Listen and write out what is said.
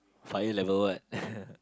fire level what